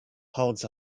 holds